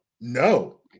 no